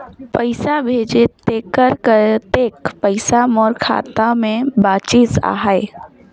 पइसा भेजे तेकर कतेक पइसा मोर खाता मे बाचिस आहाय?